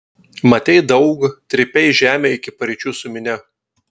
matei daug trypei žemę iki paryčių su minia